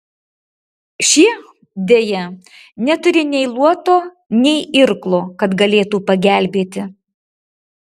šie deja neturi nei luoto nei irklo kad galėtų pagelbėti